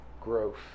Growth